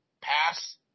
pass